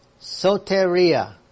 Soteria